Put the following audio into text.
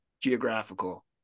geographical